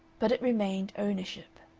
but it remained ownership.